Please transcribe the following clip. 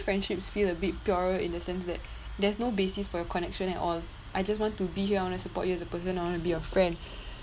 friendships feel a bit purer in the sense that there's no basis for your connection at all I just want to be here I want to support you as a person I want to be your friend